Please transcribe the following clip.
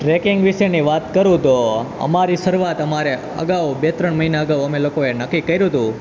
tracking વિશેની વાત કરું તો અમારી શરૂઆત અમારે અગાઉ બે ત્રણ મહિના અગાઉ અમે લોકોએ નક્કી કર્યું હતું